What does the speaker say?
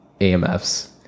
AMFs